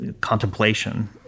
contemplation